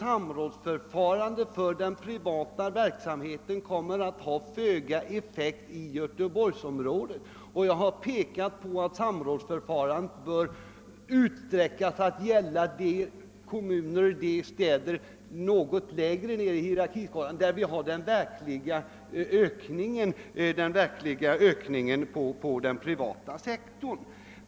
samrådsförfarande för den privata yerksamheten kommer att ge föga effekt i Göteborgsområdet. Jag har också pekat på att samrådsförfarandet bör utsträckas att gälla de kommuner och städer något lägre ned i hierarkisystemet där vi har den verkliga ökningen på den privata sektorn.